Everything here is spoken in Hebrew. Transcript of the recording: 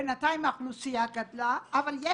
בינתיים האוכלוסייה גדלה אבל,